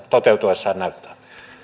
toteutuessaan näyttää